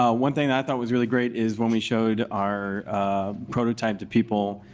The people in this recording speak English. ah one thing that i thought was really great, is when we showed our prototype to people,